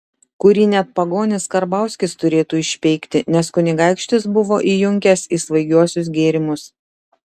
kurį net pagonis karbauskis turėtų išpeikti nes kunigaikštis buvo įjunkęs į svaigiuosius gėrimus